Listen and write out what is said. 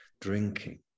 drinking